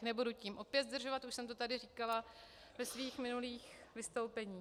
Nebudu tím opět zdržovat, už jsem to tady říkala ve svých minulých vystoupeních.